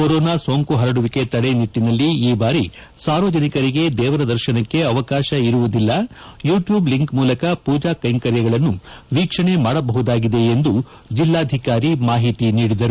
corona ಸೋಂಕು ಹರಡುವಿಕೆ ತಡೆ ನಿಟ್ಟಿನಲ್ಲಿ ಈ ಬಾರಿ ಸಾರ್ವಜನಿಕರಿಗೆ ದೇವರ ದರ್ಶನಕ್ಕೆ ಅವಕಾಶ ಇರುವುದಿಲ್ಲ ಯೂ ಟ್ಗೂಬ್ ಲಿಂಕ್ ಮೂಲಕ ಪೂಜಾ ವಿಧಿವಿಧಾನಗಳನ್ನು ವೀಕ್ಷಣೆ ಮಾಡಬಹುದಾಗಿದೆ ಎಂದು ಜಿಲ್ಲಾಧಿಕಾರಿ ಮಾಹಿತಿ ನೀಡಿದರು